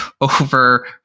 over